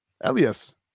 Elias